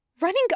Running